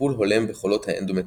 וטיפול הולם בחולות האנדומטריוזיס.